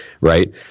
right